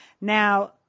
Now –